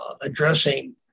addressing